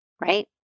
Right